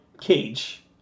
cage